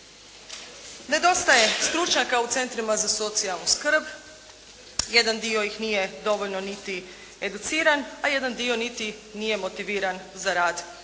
Nedostaje stručnjaka u centrima za socijalnu skrb, jedan dio ih nije niti dovoljno educiran a jedan dio nije niti motiviran za rad